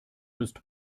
ist